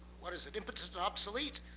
what is it impotent and obsolete,